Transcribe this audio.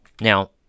Now